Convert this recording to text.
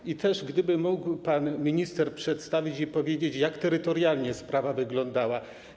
I też gdyby mógł pan minister przedstawić i powiedzieć, jak terytorialnie sprawa wyglądała.